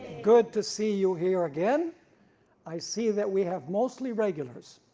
good to see you here again i see that we have mostly regulars,